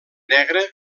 negra